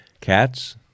Cats